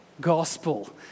gospel